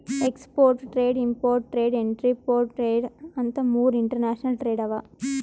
export trade, import trade, entrepot trade ಅಂತ್ ಮೂರ್ international trade ಅವಾ